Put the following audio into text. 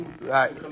Right